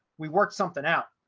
we work something out.